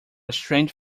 strange